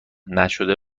نشده